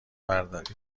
برداری